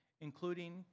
including